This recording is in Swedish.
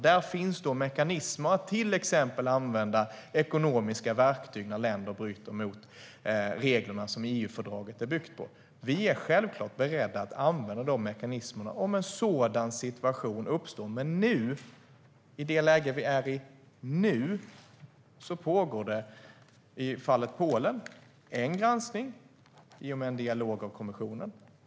Där finns mekanismer för att till exempel använda ekonomiska verktyg när länder bryter mot regler som EU-fördraget är byggt på. Vi är självklart beredda att använda de mekanismerna om en sådan situation uppstår. Men i det läge som vi är i nu pågår det i fallet Polen en granskning, i och med en dialog med kommissionen.